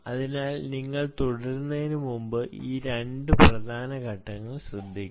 അതിനാൽ നിങ്ങൾ തുടരുന്നതിന് മുമ്പ് ഈ 2 പ്രധാന ഘട്ടങ്ങൾ ശ്രദ്ധിക്കുക